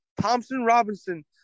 Thompson-Robinson